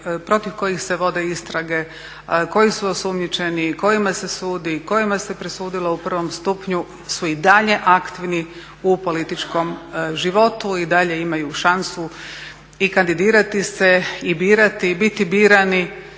protiv kojih se vode istrage, koji su osumnjičeni, kojima se sudi, kojima se presudilo u prvom stupnju su i dalje aktivni u političkom životu i dalje imaju šansu i kandidirati se i birati i biti birani